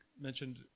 mentioned